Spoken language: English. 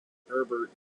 herbert